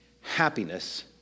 happiness